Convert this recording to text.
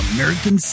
American